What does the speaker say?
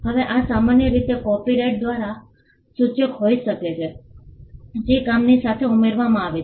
હવે આ સામાન્ય રીતે કોપિરાઇટ સૂચના દ્વારા સૂચક હોઈ શકે છે જે કામની સાથે ઉમેરવામાં આવે છે